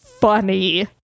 funny